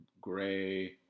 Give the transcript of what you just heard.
gray